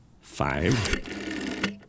five